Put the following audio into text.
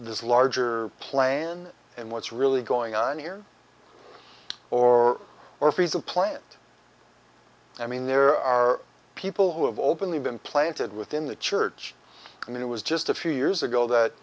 this larger plan and what's really going on here or or if he's a plant i mean there are people who have openly been planted within the church and it was just a few years ago